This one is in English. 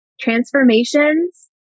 transformations